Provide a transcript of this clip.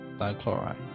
dichloride